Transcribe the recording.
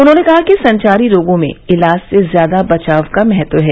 उन्होंने कहा कि संचारी रोगों में इलाज से ज्यादा बचाव का महत्व है